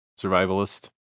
survivalist